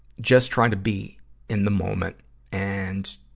just try to be in the moment and,